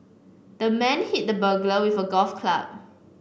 the man hit the burglar with a golf club